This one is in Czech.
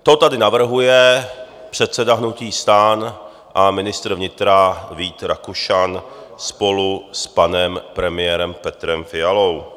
To tady navrhuje předseda hnutí STAN a ministr vnitra Vít Rakušan spolu s panem premiérem Petrem Fialou.